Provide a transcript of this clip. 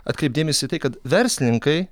atkreipt dėmesį tai kad verslininkai